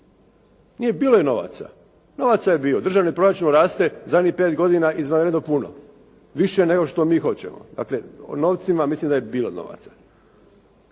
Bilo je novaca, novaca je bilo. Državni proračun raste zadnjih 5 godina izvanredno puno. Više nego što mi hoćemo. Dakle, o novcima, mislim da je bilo novaca.